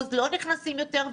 לא נכנסים יותר,